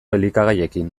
elikagaiekin